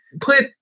put